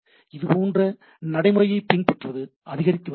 இது போன்ற நடைமுறையை பின்பற்றுவது அதிகரித்து வருகிறது